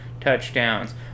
touchdowns